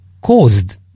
caused